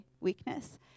weakness